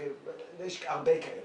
יש הרבה כאלה.